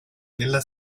nella